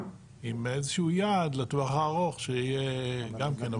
עם איזשהו יעד לטווח הארוך שיהיה גם כן.